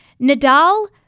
Nadal